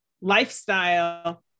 lifestyle